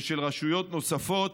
ושל רשויות נוספות,